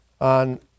on